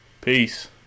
Peace